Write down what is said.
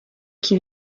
qui